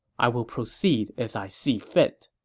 i will proceed as i see fit.